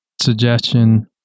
suggestion